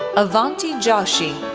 avanti joshi,